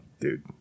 dude